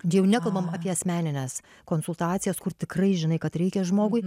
jau nekalbam apie asmenines konsultacijas kur tikrai žinai kad reikia žmogui